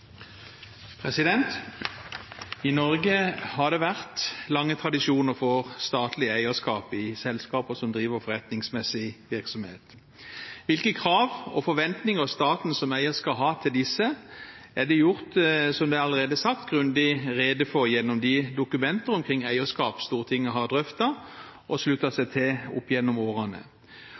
vært lange tradisjoner for statlig eierskap i selskaper som driver forretningsmessig virksomhet. Hvilke krav og forventninger staten som eier skal ha til disse, er det – som det allerede er sagt – gjort grundig rede for gjennom de dokumenter omkring eierskap Stortinget har drøftet og sluttet seg til opp gjennom årene.